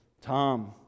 Tom